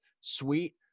sweet